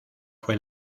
fue